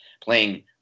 playing